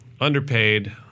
underpaid